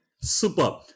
Super